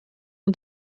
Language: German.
und